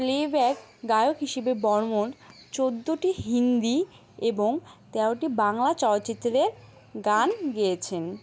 playback গায়ক হিসেবে বর্মণ চোদ্দোটি হিন্দি এবং তেরোটি বাংলা চলচ্চিত্রের গান গেছেন